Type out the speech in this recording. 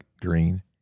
green